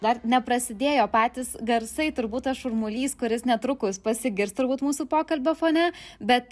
dar neprasidėjo patys garsai turbūt tas šurmulys kuris netrukus pasigirs turbūt mūsų pokalbio fone bet